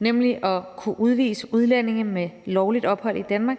nemlig at kunne udvise udlændinge med lovligt ophold i Danmark,